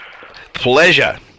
Pleasure